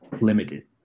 limited